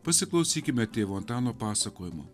pasiklausykime tėvo antano pasakojimo